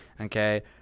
okay